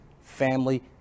family